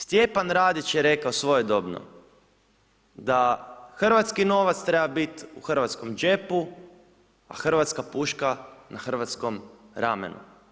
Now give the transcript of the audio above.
Stjepan Radić je rekao svojedobno, da hrvatski novac treba biti u hrvatskom džepu, a hrvatska puška na hrvatskom ramenu.